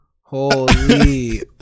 Holy